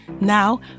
Now